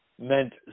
meant